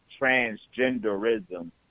transgenderism